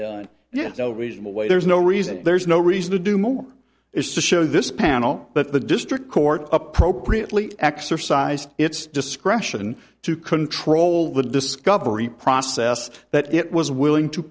yes no reasonable way there's no reason there's no reason to do more is to show this panel but the district court appropriately exercised its discretion to control the discovery process that it was willing to